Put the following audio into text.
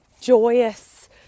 joyous